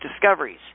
discoveries